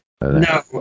No